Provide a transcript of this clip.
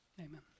amen